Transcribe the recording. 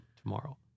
tomorrow